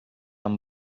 amb